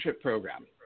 program